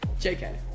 JK